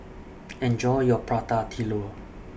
Enjoy your Prata Telur